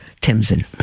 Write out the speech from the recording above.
Timson